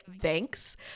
thanks